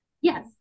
Yes